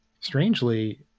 Strangely